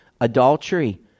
adultery